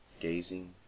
gazing